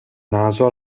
naso